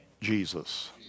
Jesus